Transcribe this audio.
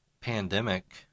pandemic